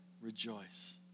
rejoice